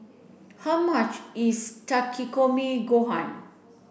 how much is Takikomi Gohan